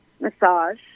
massage